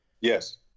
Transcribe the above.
Yes